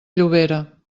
llobera